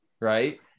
right